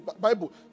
Bible